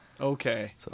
Okay